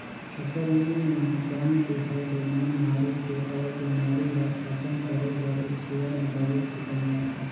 फसल म बन के होय ले बन मारे के अउ बेमारी ल खतम करे बर इस्पेयर में दवई छिटल जाथे